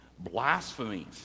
blasphemies